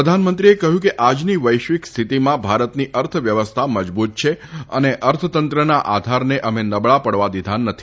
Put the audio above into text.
પ્રધાનમંત્રીએ કહ્યું કે આજની વૈશ્વિક સ્થિતિમાં ભારતની અર્થવ્યવસ્થા મજબુત છે અને અર્થતંત્રના આધારને અમે નબળા પડવા દીધા નથી